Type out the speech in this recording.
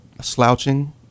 slouching